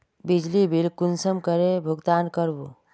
बिजली बिल कुंसम करे भुगतान कर बो?